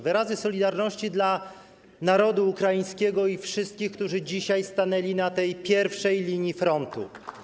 Wyrazy solidarności dla narodu ukraińskiego i wszystkich, którzy dzisiaj stanęli na tej pierwszej linii frontu.